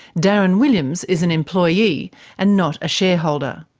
darren williams is an employee and not a shareholder.